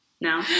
No